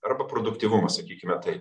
arba produktyvumą sakykime tai